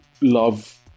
love